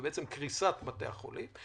ובעצם לקריסת בתי החולים,